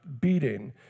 beating